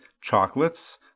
chocolates